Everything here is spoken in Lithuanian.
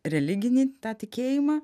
religinį tą tikėjimą